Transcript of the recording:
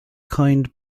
coined